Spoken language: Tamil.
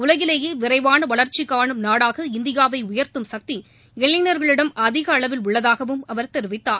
உலகிலேயே விரைவான வளர்ச்சி கானும் நாடாக இந்தியாவை உயர்த்தும் சக்தி இளைஞர்களிடம் அதிக அளவில் உள்ளதாகவும் அவர் தெரிவித்தார்